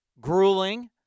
grueling